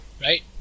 right